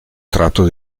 tratto